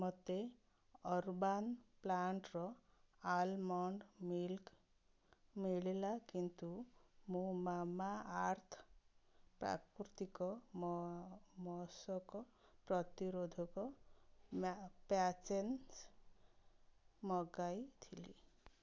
ମୋତେ ଅରବାନ୍ ପ୍ଲାଣ୍ଟ୍ର almond milk ମିଳିଲା କିନ୍ତୁ ମୁଁ ମାମାଅର୍ଥ ପ୍ରାକୃତିକ ମଶକ ପ୍ରତିରୋଧକ ପ୍ୟାଚେସ୍ ମଗାଇଥିଲି